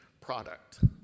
product